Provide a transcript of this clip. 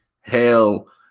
hell